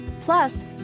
Plus